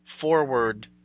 forward